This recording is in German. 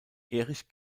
erich